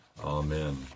Amen